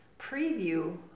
preview